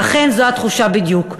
ואכן זו התחושה בדיוק.